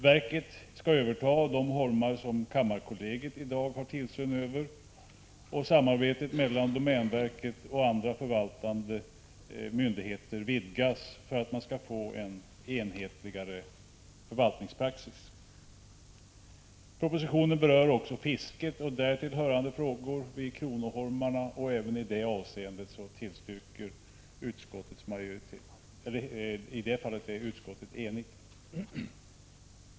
Verket skall överta de holmar som kammarkollegiet i dag har tillsyn över, och samarbetet mellan domänverket och andra förvaltande myndigheter vidgas för att man skall få en enhetligare förvaltningspraxis. Propositionen berör också fisket och därtill hörande frågor vid kronoholmarna. I det fallet är utskottet enigt och tillstyrker förslaget.